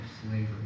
slavery